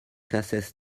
cases